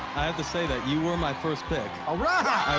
i i have to say that you were my first pick. alright.